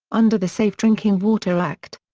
under the safe drinking water act.